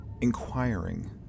inquiring